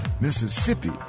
Mississippi